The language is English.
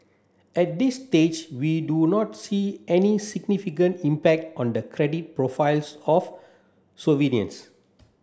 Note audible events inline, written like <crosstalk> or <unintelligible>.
at this stage we do not see any significant impact on the credit profiles of <unintelligible>